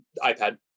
ipad